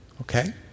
okay